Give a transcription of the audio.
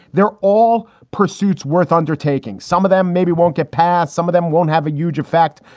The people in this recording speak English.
they're all pursuits worth undertaking. some of them maybe won't get past. some of them won't have a huge effect.